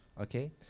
Okay